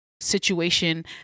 situation